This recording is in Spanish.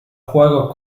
juegos